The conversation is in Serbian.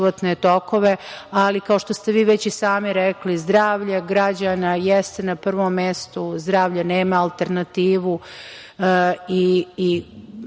životne tokove. Ali, kao što ste vi već i sami rekli, zdravlje građana jeste na prvom mestu. Zdravlje nema alternativu i